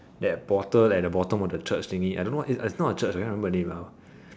that a portal at the bottom of the church thingy I don't know what it is it's not a church I cannot remember the name lah